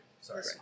Sorry